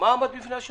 עמד בפני השופטים?